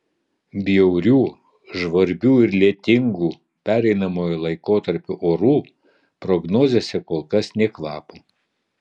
bjaurių žvarbių ir lietingų pereinamojo laikotarpio orų prognozėse kol kas nė kvapo